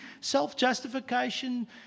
self-justification